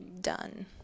done